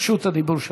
רשות הדיבור שלך.